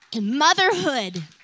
motherhood